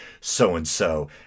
so-and-so